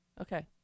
Okay